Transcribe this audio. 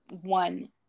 one